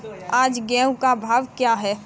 आज गेहूँ का भाव क्या है?